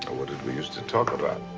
ah what did we used to talk about?